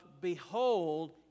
Behold